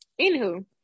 anywho